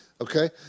Okay